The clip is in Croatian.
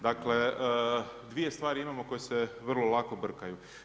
Dakle, dvije stvari imamo koje se vrlo lako brkaju.